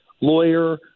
lawyer